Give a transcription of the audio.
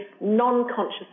non-conscious